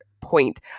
point